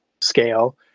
scale